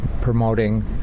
promoting